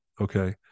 Okay